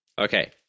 okay